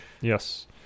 Yes